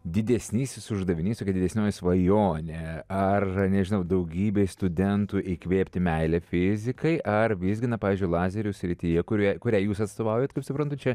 didesnysis uždavinys kad didesnioji svajonė ar nežinau daugybei studentų įkvėpti meilę fizikai ar visgi na pavyzdžiui lazerių srityje kuria kurią jūs atstovaujat kaip suprantu čia